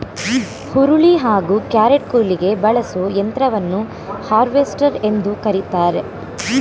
ಹುರುಳಿ ಹಾಗೂ ಕ್ಯಾರೆಟ್ಕುಯ್ಲಿಗೆ ಬಳಸೋ ಯಂತ್ರವನ್ನು ಹಾರ್ವೆಸ್ಟರ್ ಎಂದು ಕರಿತಾರೆ